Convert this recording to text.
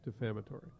defamatory